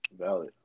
Valid